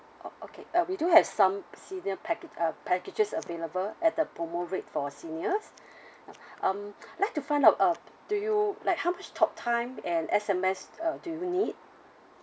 oh okay uh we do have some senior packa~ uh packages available at the promo rate for seniors um I'd like to find out uh do you like how much talk time and S_M_S uh do you need